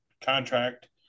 contract